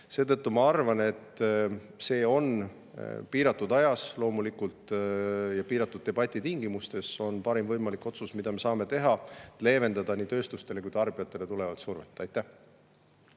Seetõttu ma arvan, et see on piiratud aja, piiratud debati tingimustes parim võimalik otsus, mida me saame teha, et leevendada nii tööstustele kui ka tarbijatele tulevat survet. Jaak